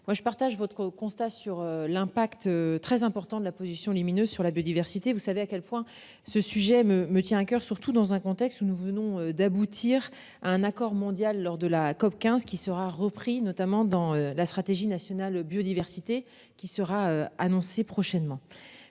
moi je partage votre constat sur l'impact très important de la position lumineuse sur la biodiversité. Vous savez à quel point ce sujet me me tient à coeur, surtout dans un contexte où nous venons d'aboutir à un accord mondial lors de la COP15 qui sera repris, notamment dans la stratégie nationale biodiversité qui sera annoncé prochainement